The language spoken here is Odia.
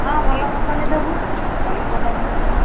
ହଁ ଭଲ କମ୍ପାନୀ ଦେବୁ ଭଲ କମ୍ପାନୀ ଦେବୁ